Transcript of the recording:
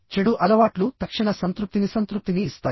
చెడు అలవాట్లు తక్షణ సంతృప్తినిసంతృప్తిని ఇస్తాయి